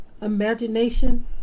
imagination